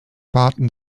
baten